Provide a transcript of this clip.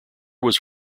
was